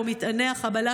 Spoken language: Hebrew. שבו מטעני החבלה,